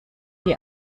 die